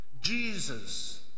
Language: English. Jesus